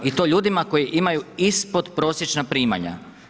I to ljudima koji imaju ispod prosječna primanja.